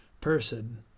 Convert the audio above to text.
person